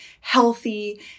healthy